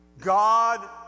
God